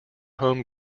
home